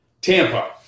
Tampa